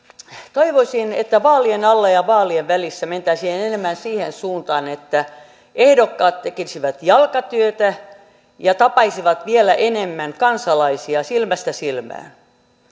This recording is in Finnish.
toivoisin että vaalien alla ja ja vaalien välissä mentäisiin enemmän siihen suuntaan että ehdokkaat tekisivät jalkatyötä ja tapaisivat vielä enemmän kansalaisia silmästä silmään